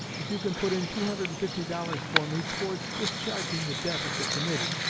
if you can put in two hundred and fifty dollars for me towards discharging the debt of the committee,